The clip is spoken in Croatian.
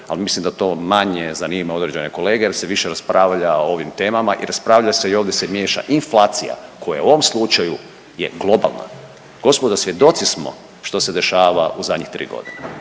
ali mislim da to manje zanima određene kolege jer se više raspravlja o ovim temama i raspravlja se i ovdje se miješa inflacija, koja je u ovom slučaju je globalna. Gospodo, svjedoci smo što se dešava u zadnjih 3 godine.